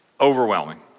overwhelming